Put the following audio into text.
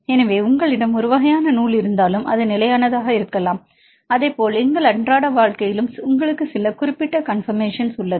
எனவே உங்களிடம் ஒரு வகையான நூல் இருந்தாலும் அது நிலையானதாக இருக்கலாம் அதேபோல் எங்கள் அன்றாட வாழ்க்கையிலும் உங்களுக்கு சில குறிப்பிட்ட கான்பர்மேஷன் உள்ளது